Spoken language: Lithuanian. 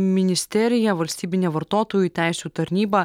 ministerija valstybinė vartotojų teisių tarnyba